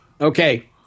Okay